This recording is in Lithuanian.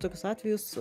tokius atvejus